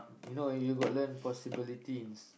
you know you got learn possibility in